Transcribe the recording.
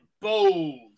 bold